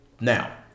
Now